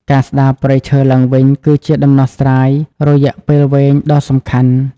ការស្តារព្រៃឈើឡើងវិញ គឺជាដំណោះស្រាយរយៈពេលវែងដ៏សំខាន់។